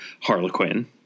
Harlequin